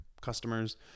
customers